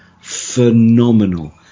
phenomenal